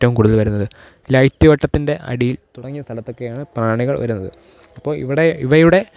ഏറ്റവും കൂടുതൽ വരുന്നത് ലൈറ്റ് വെട്ടത്തിന്റെ അടിയില് തുടങ്ങിയ സ്ഥലത്തെക്കെയാണ് പ്രാണികള് വരുന്നത് അപ്പോൾ ഇവിടെ ഇവയുടെ